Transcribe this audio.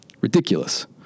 ridiculous